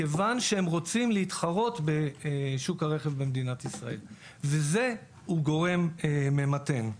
מכיוון שהם רוצים להתחרות בשוק הרכב במדינת ישראל וזהו גורם ממתן.